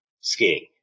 skiing